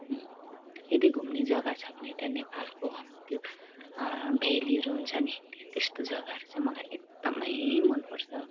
म यदि घुम्ने जग्गा छ भने त्यहाँ नेपालको त्यो भेलीहरू हुन्छ नि त्यस्तो जग्गारू चाहिँ मलाई एकदमै मनपर्छ